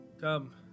Come